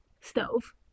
stove